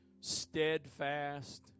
steadfast